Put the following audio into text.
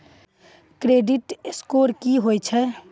Credit score की होय छै?